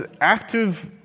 active